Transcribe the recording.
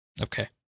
Okay